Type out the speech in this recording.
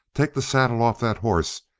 take the saddle off that horse!